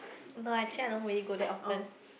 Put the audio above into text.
no actually I don't really go there often